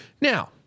Now